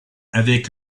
avec